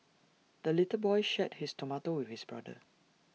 the little boy shared his tomato with his brother